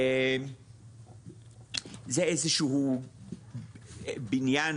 זה איזשהו בניין